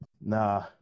Nah